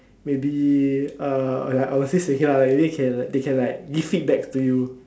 maybe uh like I will say to him uh maybe they can they can like give feedback to you